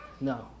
No